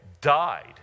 died